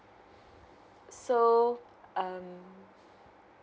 so um